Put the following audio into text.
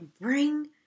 bring